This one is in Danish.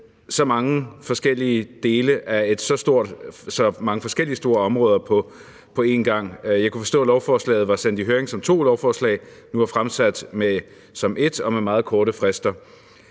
så mange forskellige dele af så mange forskellige store områder på en gang. Jeg kunne forstå, at lovforslaget var sendt i høring som to lovforslag, men nu er fremsat som ét og med meget korte frister.